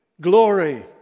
Glory